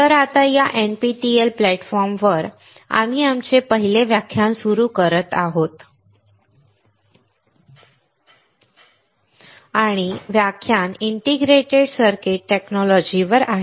तर आता या NPTEL प्लॅटफॉर्मवर आम्ही आमचे पहिले व्याख्यान सुरू करत आहोत आणि व्याख्यान इंटिग्रेटेड सर्किट तंत्रज्ञानावर आहे